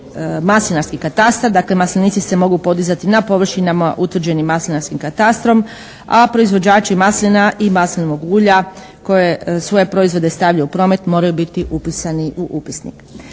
maslinarski katastar, dakle maslinici se mogu podizati na površinama utvrđenim maslinarskim katastrom, a proizvođači maslina i maslinovog ulja koje svoje proizvode stavljaju u promet moraju biti upisani u upisnik.